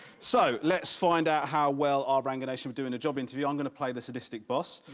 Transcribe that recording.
so, let's find out how well our ranganation would do in a job interview. i'm going to play the sadistic boss.